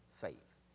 faith